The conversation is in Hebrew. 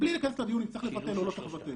ובלי להיכנס לדיון אם צריך לבטל או לא צריך לבטל,